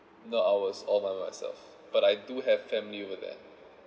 no I was all by myself but I do have family over there